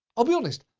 i'll be honest,